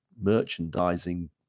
merchandising